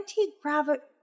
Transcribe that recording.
anti-gravity